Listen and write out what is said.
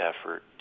effort